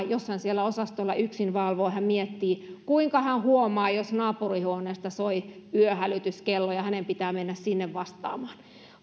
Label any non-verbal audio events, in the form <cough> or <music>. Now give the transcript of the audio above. <unintelligible> jossain siellä osastolla yksin valvoen hän miettii kuinka hän huomaa jos naapurihuoneessa soi yöhälytyskello ja hänen pitää mennä sinne vastaamaan